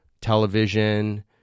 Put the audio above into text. television